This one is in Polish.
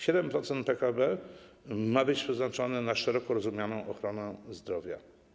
7% PKB ma być przeznaczone na szeroko rozumianą ochronę zdrowia.